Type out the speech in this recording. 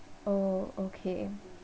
oh okay